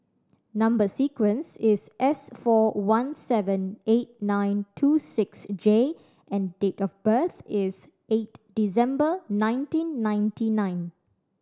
number sequence is S four one seven eight nine two six J and date of birth is eight December nineteen ninety nine